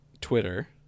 twitter